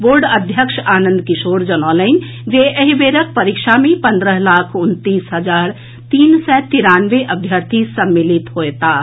board अध्यक्ष आनंद किशोर जनौलनि जे एहि बेरक परीक्षा मे पंद्रह लाख उनतीस हजार तीन सय तिरानवे अभ्यर्थी सम्मिलित होयताह